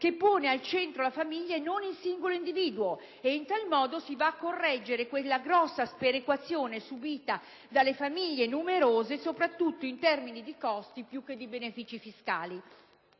che pone al centro la famiglia e non il singolo individuo. In tal modo si va a correggere quella grossa sperequazione subita dalle famiglie numerose, soprattutto in termini di costi più che di benefici fiscali.